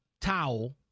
towel